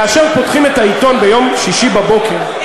כאשר פותחים את העיתון ביום שישי בבוקר,